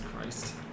Christ